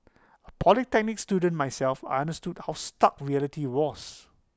A polytechnic student myself I understood how stark reality was